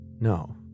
No